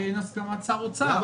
כי אין הסכמת שר האוצר.